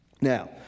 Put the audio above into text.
Now